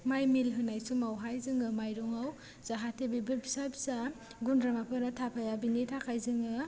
माइ मिल होनाय समावहाय जोङो माइरङाव जाहाथे बेफोर फिसा फिसा गुन्द्रामाफोरा थाफाया बिनि थाखाय जोङो